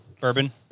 bourbon